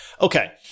okay